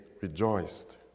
rejoiced